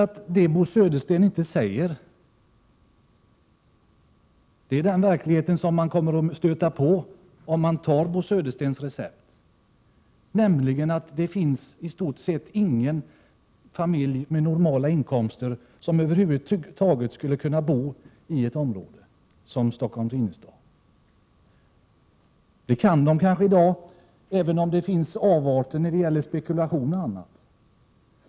Vad Bo Södersten inte säger är vilken verklighet man kommer att stöta på om man följer Bo Söderstens recept. Det finns nämligen i stort sett inte några familjer med normala inkomster som då skulle kunna bo i ett område som Stockholms innerstad. Det kan de kanske i dag, även om det också förekommer avarter när det gäller spekulation och annat.